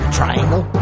triangle